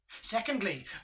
Secondly